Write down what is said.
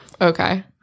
Okay